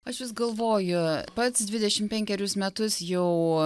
aš vis galvoju pats dvidešimt penkerius metus jau